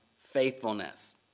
faithfulness